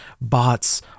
bots